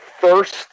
first